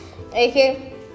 okay